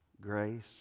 Grace